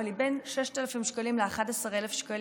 היא בין 6,000 שקלים ל-11,000 שקלים.